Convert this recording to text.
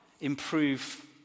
improve